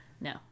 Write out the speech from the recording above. no